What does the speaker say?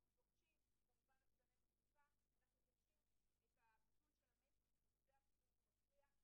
ואנחנו מוכנים לעמוד לרשות איגוד העובדים הסוציאליים בכל המאבק הזה.